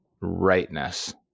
rightness